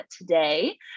today